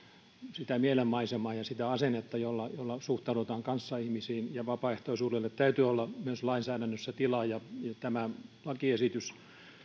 sitä mielenmaisemaa ja sitä asennetta jolla jolla suhtaudutaan kanssaihmisiin vapaaehtoisuudelle täytyy olla myös lainsäädännössä tilaa ja tämä lakiesitys